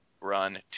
run